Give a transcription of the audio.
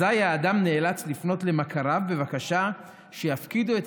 אזי האדם נאלץ לפנות למכריו בבקשה שיפקידו את